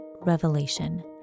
revelation